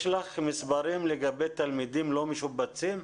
יש לך מספרים לגבי תלמידים לא משובצים?